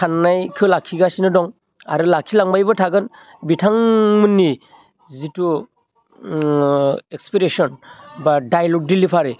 सानायखो लाखिगासिनो दं आरो लाखिलांबायबो थागोन बिथांमोननि जिथु एक्सप्रेशन बा डाइलक डिलिभारी